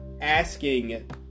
asking